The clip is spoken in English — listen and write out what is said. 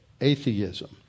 atheism